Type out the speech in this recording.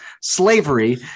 slavery